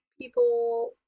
people